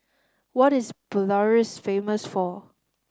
what is Belarus famous for